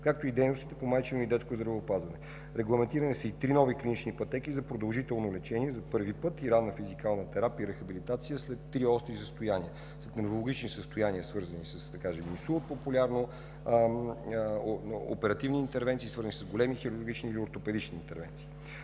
както и дейностите по майчино и детско здравеопазване. Регламентирани са и три нови клинични пътеки за продължително лечение – за първи път, и ранна физикална терапия и рехабилитация след три остри състояния – неврологични състояния свързани с, да кажем, инсулт, популярно, оперативни интервенции, свързани с големи хирургични и ортопедични интервенции.